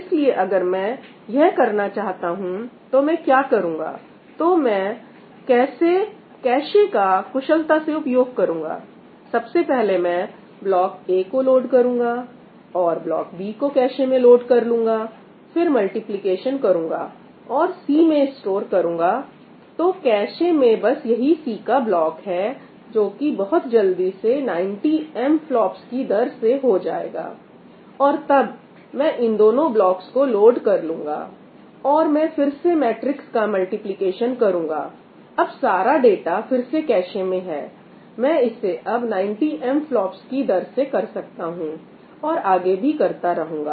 इसलिए अगर मैं यह करना चाहता हूं तो मैं क्या करूंगा तो मैं कैसे कैशे का कुशलता से उपयोग करूंगा सबसे पहले मैं ब्लॉक A को लोड करूंगा और ब्लॉक B को कैशे मैं लोड कर लूंगा फिर मल्टीप्लिकेशन करूंगा और C में स्टोर करूंगा तो कैशे में बस यही C का ब्लॉक है जोकि बहुत जल्दी से 90 MFLOPS की दर से हो जाएगा और तब मैं इन दोनों ब्लॉक्स को लोड कर लूंगा और मैं फिर से मैट्रिक्स का मल्टीप्लिकेशन करूंगा अब सारा डाटा फिर से कैशे में है मैं इसे अब 90 MFLOPS की दर से कर सकता हूं और आगे भी करता रहूंगा